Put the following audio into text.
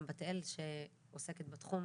גם בתאל שעוסקת בתחום,